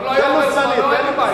אם לא היה עובר זמנו, אין לי בעיה.